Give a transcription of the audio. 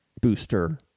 booster